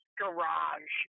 garage